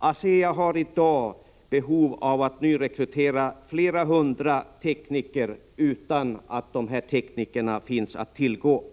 ASEA har i dag behov av att nyrekrytera flera hundra tekniker, som inte finns att tillgå.